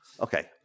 Okay